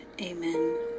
Amen